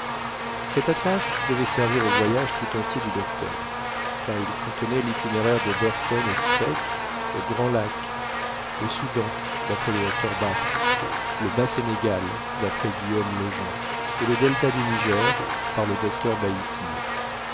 cet atlas devait servir au voyage tout entier du docteur car il contenait l'itinéraire de burton et speke aux grands lacs le soudan d'après le docteur barth le bas sénégal d'après guillaume lejean et le delta du niger par le docteur baikie